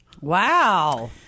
Wow